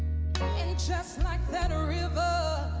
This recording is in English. and just like that river,